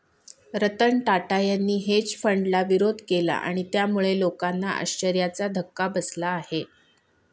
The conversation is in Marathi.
रतन टाटा यांनी हेज फंडाला विरोध केला आणि त्यामुळे लोकांना आश्चर्याचा धक्का बसला आहे